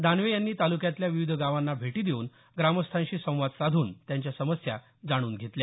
दानवे यांनी तालुक्यातल्या विविध गावांना भेटी देऊन ग्रामस्थांशी संवाद साधून त्यांच्या समस्या जाणून घेतल्या